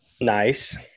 Nice